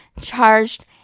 charged